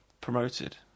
promoted